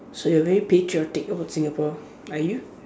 so you are very patriotic about Singapore are you